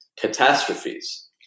catastrophes